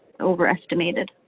overestimated